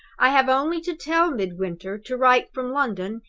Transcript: i have only to tell midwinter to write from london,